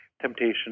Temptation